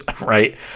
right